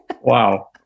Wow